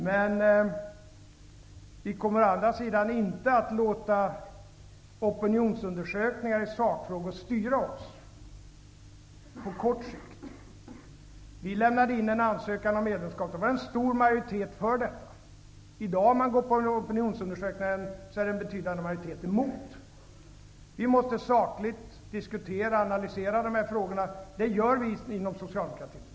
Men vi kommer å andra sidan inte att låta opinionsundersökningar styra oss i sakfrågor på kort sikt. När vi lämnade in en ansökan om medlemskap var det en stor majoritet för detta. I dag är enligt opinionsundersökningar en betydande majoritet emot det. Vi måste sakligt diskutera och analysera dessa frågor, och det gör vi inom socialdemokratin.